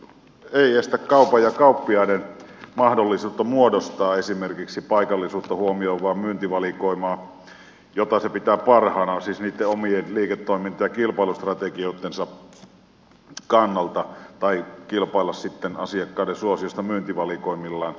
pöyhöstä kaupan ja kauppiaiden mahdollisuutta muodostaa esimerkiksi paikallisuutta huomioivaa myyntivalikoimaa jota se pitää parhaana omien liiketoiminta ja kilpailustrategioittensa kannalta tai kilpailemista asiakkaiden suosiosta myyntivalikoimillaan